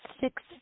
six